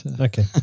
Okay